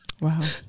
Wow